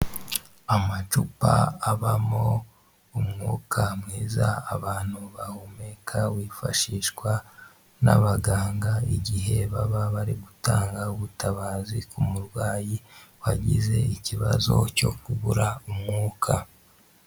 Amacupa abamo umwuka mwiza abantu bahumeka wifashishwa n'abaganga igihe baba bari gutanga ubutabazi ku murwayi wagize ikibazo cyo kubura umwuka.